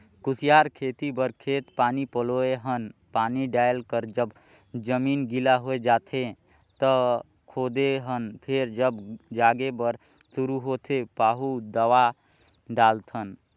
कुसियार खेती बर खेत पानी पलोए हन पानी डायल कर जब जमीन गिला होए जाथें त खोदे हन फेर जब जागे बर शुरू होथे पाहु दवा डालथन